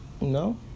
No